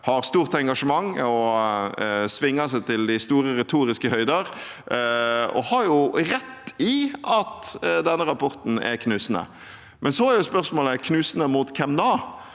har stort engasjement, svinger seg til de store retoriske høyder og har jo rett i at denne rapporten er knusende, men så er spørsmålet: knusende mot hvem da?